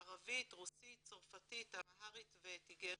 ערבית, רוסית, צרפתית, אמהרית ותיגריט.